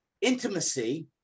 intimacy